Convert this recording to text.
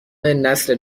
نسل